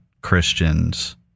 Christians